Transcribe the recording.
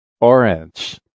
orange